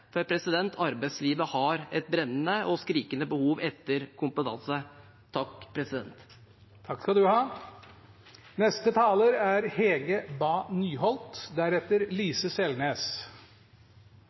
arbeidslivet har et brennende og skrikende behov etter kompetanse.